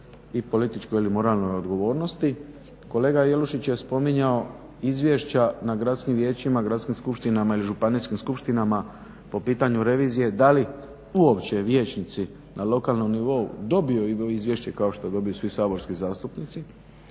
i političkoj ili moralnoj odgovornosti. Kolega Jelušić je spominjao izvješća na gradskim vijećima, gradskim skupštinama ili županijskim skupštinama po pitanju revizije da li uopće vijećnici na lokalnom nivou dobiju izvješće kao što dobiju svi saborski zastupnici